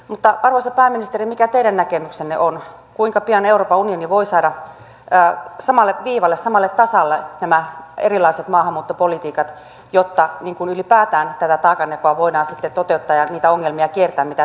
mutta arvoisa pääministeri mikä teidän näkemyksenne on kuinka pian euroopan unioni voi saada samalle viivalle samalle tasalle nämä erilaiset maahanmuuttopolitiikat jotta ylipäätään tätä taakanjakoa voidaan sitten toteuttaa ja niitä ongelmia kiertää mitä tähän liittyy